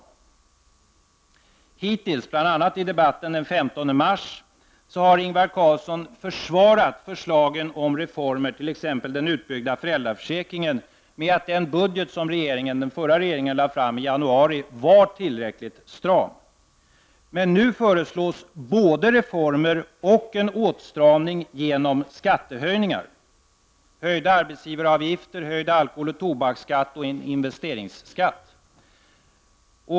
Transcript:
Hittills, 7 mars 1990 bl.a. i debatten den 15 mars, har Ingvar Carlsson försvarat förslagen Om re== do former, t.ex. den utbyggda föräldraförsäkringen, med att den budget den Regeringsförklaring förra regeringen lade fram i januari var tillräckligt stram. Men nu föreslås så partiledarebatt både reformer och en åtstramning med hjälp av skattehöjningar, höjda arbetsgivaravgifter, höjd alkoholoch tobaksskatt och en investeringsskatt.